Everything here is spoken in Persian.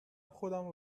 خودمو